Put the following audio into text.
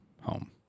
home